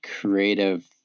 creative